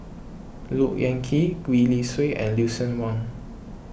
Look Yan Kit Gwee Li Sui and Lucien Wang